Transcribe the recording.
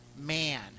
man